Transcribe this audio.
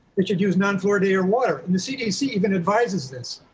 it should use non fluoridate or water. and the cdc even advises this.